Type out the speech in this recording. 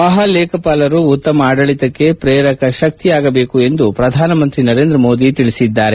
ಮಹಾಲೇಖಪಾಲರು ಉತ್ತಮ ಆಡಳಿತಕ್ಕೆ ಪ್ರೇರಕಶಕ್ತಿಯಾಗಬೇಕು ಎಂದು ಪ್ರಧಾನಮಂತ್ರಿ ನರೇಂದ್ರ ಮೋದಿ ಹೇಳಿದ್ದಾರೆ